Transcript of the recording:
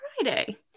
Friday